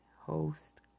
host